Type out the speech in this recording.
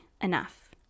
enough